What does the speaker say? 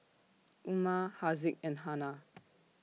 Umar Haziq and Hana